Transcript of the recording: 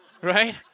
right